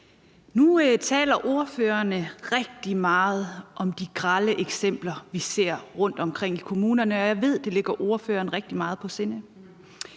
Nu taler ordførerne rigtig meget om de grelle eksempler, vi ser rundtomkring i kommunerne, og jeg ved, at det ligger ordføreren rigtig meget på sinde.